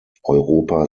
europa